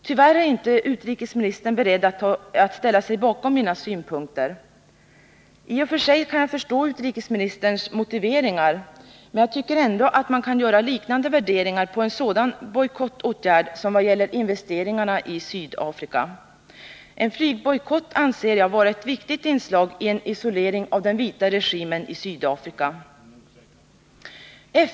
Tyvärr är inte utrikesministern beredd att ställa sig bakom mina synpunkter. I och för sig kan jag förstå utrikesministerns motiveringar, men jag tycker ändå att man kan göra liknande värderingar när det gäller en sådan bojkottåtgärd som när det gäller investeringar i Sydafrika. En flygbojkott anser jag vara ett viktigt inslag i en isolering av den vita regimen i Sydafrika.